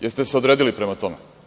Jeste li se odredili prema tome?